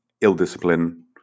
ill-discipline